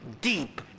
deep